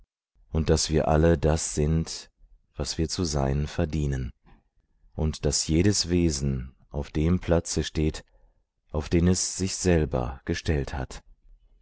ist daß wir alle das sind was wir zu sein verdienen und daß jedes wesen auf dem platze steht auf den es sich selber gestellt hat